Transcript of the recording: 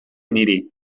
niri